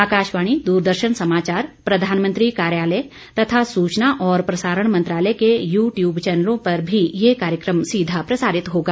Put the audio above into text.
आकाशवाणी दूरदर्शन समाचार प्रधानमंत्री कार्यालय तथा सूचना और प्रसारण मंत्रालय के यू ट्यूब चैनलों पर भी ये कार्यक्रम सीधा प्रसारित होगा